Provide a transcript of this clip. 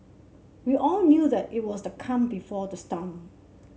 we all knew that it was the calm before the storm